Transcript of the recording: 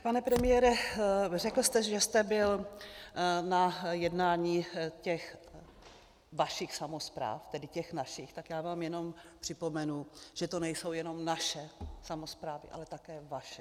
Pane premiére, řekl jste, že jste byl na jednání těch vašich samospráv, tedy těch našich, tak já vám jenom připomenu, že to nejsou jenom naše samosprávy, ale také vaše.